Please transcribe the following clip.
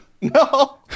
no